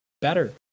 better